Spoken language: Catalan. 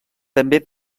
també